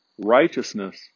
righteousness